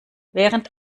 während